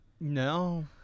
No